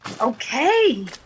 Okay